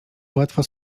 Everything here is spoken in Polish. łatwo